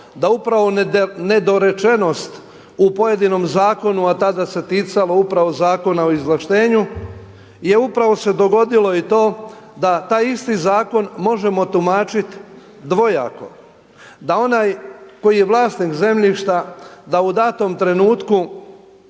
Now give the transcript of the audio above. da upravo nedorečenost u pojedinom zakonu, a tada se ticalo upravo Zakona o izvlaštenju je upravo se dogodilo i to da taj isti zakon možemo tumačiti dvojako, da onaj koji je vlasnik zemljišta da u datom trenutku